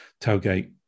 tailgate